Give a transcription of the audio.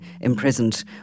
imprisoned